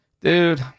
Dude